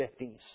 50s